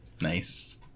Nice